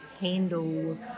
handle